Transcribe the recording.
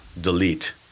delete